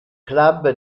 club